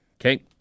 Okay